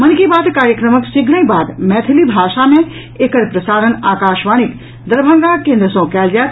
मन की बात कार्यक्रमक शीघ्रहिं बाद मैथिली भाषा मे एकर प्रसारण आकाशवाणीक दरभंगा केंद्र सँ कयल जायत